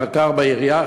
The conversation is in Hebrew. אחר כך בעירייה,